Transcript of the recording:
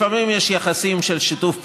לפעמים יש יחסים של שיתוף פעולה,